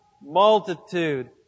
Multitude